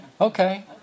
Okay